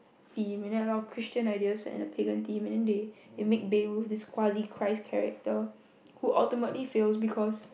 theme and a lot of Christian ideas set in the pagan theme and they they made Beowulf this crazy Christ character who alternately fails because